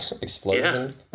Explosion